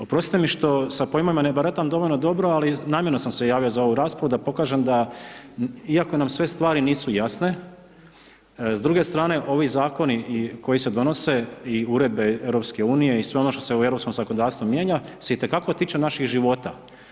Oprostite mi što sa pojmovima ne baratam dovoljno dobro ali namjerno sam se javio za ovu raspravu da pokažem da iako nam sve stvari nisu jasne, s druge strane ovi zakoni koji se donose i uredbe EU i sve ono što se u europskom zakonodavstvu mijenja se itekako tiče naših života.